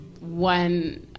one